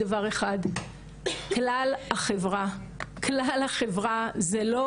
ואנחנו חברה שמביעה ומוציאה ברשת הרבה אלימות,